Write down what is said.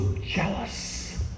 jealous